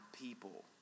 people